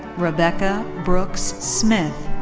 rebecca brooks smith,